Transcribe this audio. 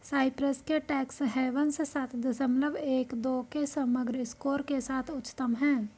Cyprus के tax havens सात दशमलव एक दो के समग्र स्कोर के साथ उच्चतम हैं